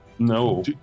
No